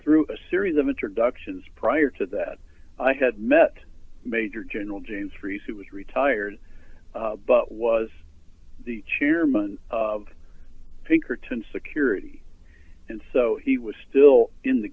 through a series of introductions prior to that i had met major general james freeze who was retired but was chairman of pinkerton security and so he was still in the